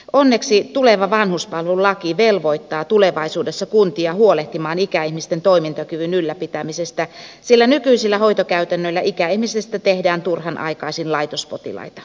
onneksi tule va vanhuspalvelulaki velvoittaa tulevaisuudessa kuntia huolehtimaan ikäihmisten toimintakyvyn ylläpitämisestä sillä nykyisillä hoitokäytännöillä ikäihmisistä tehdään turhan aikaisin laitospotilaita